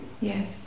Yes